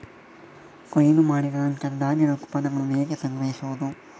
ಕೊಯ್ಲು ಮಾಡಿದ ನಂತರ ಧಾನ್ಯದ ಉತ್ಪನ್ನಗಳನ್ನು ಹೇಗೆ ಸಂಗ್ರಹಿಸುವುದು?